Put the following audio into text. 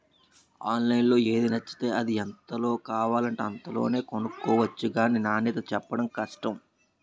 ఆన్లైన్లో ఏది నచ్చితే అది, ఎంతలో కావాలంటే అంతలోనే కొనుక్కొవచ్చు గానీ నాణ్యతే చెప్పడం కష్టం